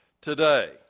today